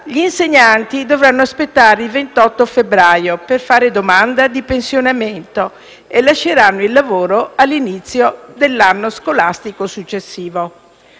gli insegnanti dovranno aspettare il 28 febbraio per fare domanda di pensionamento e lasceranno il lavoro all'inizio dell'anno scolastico successivo.